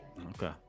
Okay